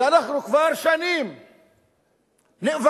ואנחנו כבר שנים נאבקים,